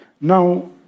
Now